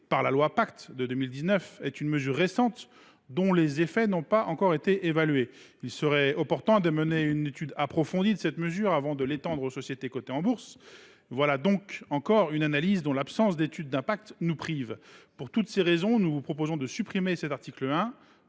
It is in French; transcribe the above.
par la loi Pacte est une mesure récente dont les effets n’ont pas encore été évalués. Il serait donc opportun de mener une étude approfondie de cette mesure avant de l’étendre aux sociétés cotées en bourse – voilà encore une analyse dont l’absence d’étude d’impact nous prive. Pour toutes ces raisons, nous vous proposons de supprimer l’article 1,